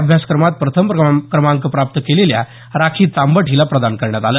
अभ्यासक्रमात प्रथम क्रमांक प्राप्त केलेल्या राखी तांबट हिला प्रदान करण्यात आलं